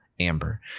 Amber